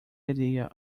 idea